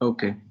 Okay